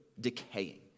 decaying